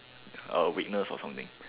a weakness or something